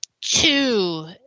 two